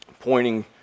pointing